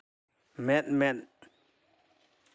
ᱢᱮᱸᱫ ᱢᱮᱸᱫ